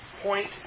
point